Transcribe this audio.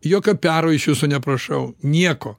jokio piaro iš jūsų neprašau nieko